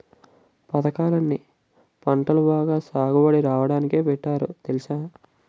పదకాలన్నీ పంటలు బాగా సాగుబడి రాడానికే పెట్టారు తెలుసా?